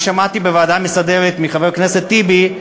אני שמעתי בוועדה המסדרת מחבר הכנסת טיבי,